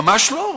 ממש לא.